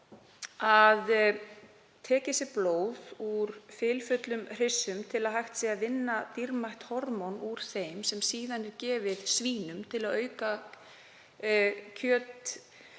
að tekið sé blóð úr fylfullum hryssum til að hægt sé að vinna dýrmætt hormón úr þeim sem síðan er gefið svínum til að auka